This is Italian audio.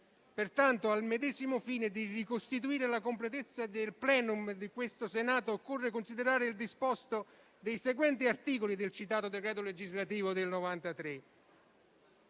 Pertanto, al medesimo fine di ricostituire la completezza del *plenum* di questo Senato, occorre considerare il disposto dei seguenti articoli del citato decreto legislativo del 1993,